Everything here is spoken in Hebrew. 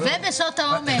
ובשעות העומס.